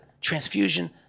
transfusion